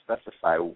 specify